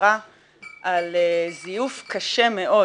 במשטרה על זיוף קשה מאוד.